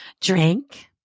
Drink